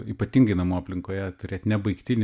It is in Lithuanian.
ypatingai namų aplinkoje turėt nebaigtinį